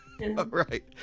right